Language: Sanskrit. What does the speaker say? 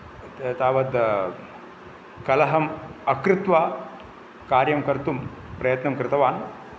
तावत् कलहम् अकृत्वा कार्यं कर्तुं प्रयत्नं कृतवान्